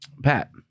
Pat